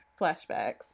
flashbacks